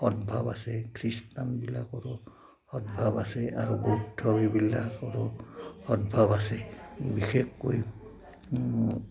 সদভাৱ আছে খ্ৰীষ্টানবিলাকৰো সদভাৱ আছে আৰু বৌদ্ধবিলাকৰো সদভাৱ আছে বিশেষকৈ